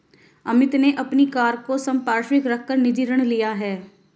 अमित ने अपनी कार को संपार्श्विक रख कर निजी ऋण लिया है